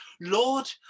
Lord